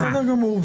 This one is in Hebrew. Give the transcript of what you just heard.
בסדר גמור.